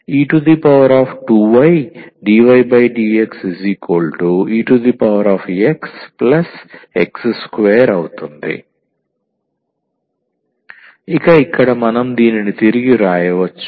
e2ydydxexx2 ఇక ఇక్కడ మనం దీనిని తిరిగి వ్రాయవచ్చు